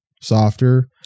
softer